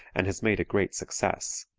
and has made a great success.